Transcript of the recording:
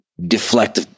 deflect